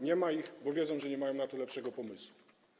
Nie ma ich, bo wiedzą, że nie mają na to lepszego pomysłu.